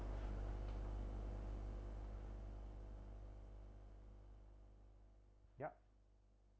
yup